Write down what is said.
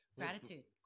gratitude